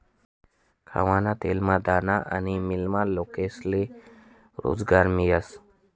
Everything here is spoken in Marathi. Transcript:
खावाना तेलना घाना आनी मीलमा लोकेस्ले रोजगार मियस